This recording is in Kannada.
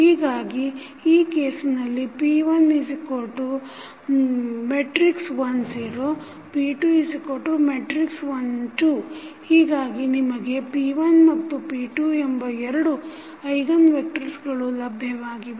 ಹೀಗಾಗಿ ಈ ಕೇಸ್ನಲ್ಲಿ p11 0 p21 2 ಹೀಗಾಗಿ ನಿಮಗೆ p1 ಮತ್ತು p2 ಎಂಬ ಎರಡು ಐಗನ್ ವೆಕ್ಟರ್ಸಗಳು ಲಭ್ಯವಾಗಿವೆ